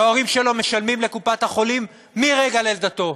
וההורים שלו משלמים לקופת-החולים מרגע לידתו,